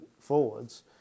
forwards